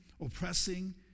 oppressing